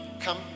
come